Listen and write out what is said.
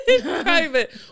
private